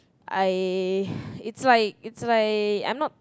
I it's like it's like I'm not